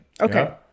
Okay